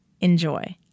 Enjoy